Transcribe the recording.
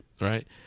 right